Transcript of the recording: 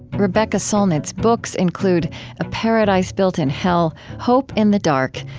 rebecca solnit's books include a paradise built in hell, hope in the dark,